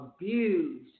abused